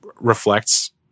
reflects